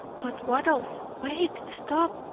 but wattles, wait, stop!